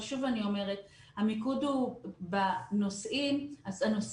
אבל אני שוב אומרת, המיקוד הוא בנושאים הנלמדים.